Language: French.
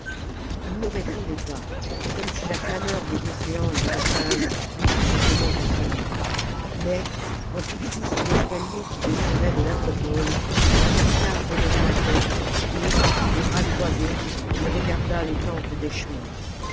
ii ne répondait pas comme si la clameur des océans et des batailles l'eût complètement assourdi mais quand il fut sous l'escalier qui descendait de l'acropole hamilcar releva la tête et les bras croisés il regarda le temple